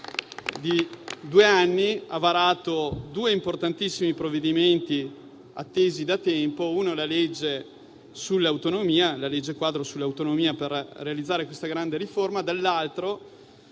di due anni ha varato due importantissimi provvedimenti, attesi da tempo: la legge quadro sull'autonomia per realizzare questa grande riforma e il